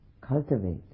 cultivate